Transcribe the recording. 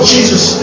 Jesus